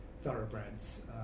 thoroughbreds